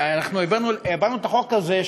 אנחנו העברנו את החוק הזה,